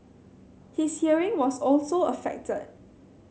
his hearing was also affected